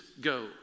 go